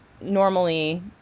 normally